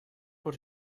put